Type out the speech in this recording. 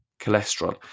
cholesterol